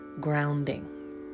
grounding